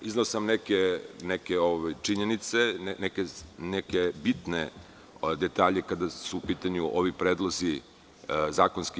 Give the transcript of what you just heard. Izneo sam neke činjenice, neke bitne detalje kada su u pitanju ovi predlozi zakona.